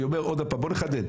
אני אומר עוד פעם, בוא נחדד: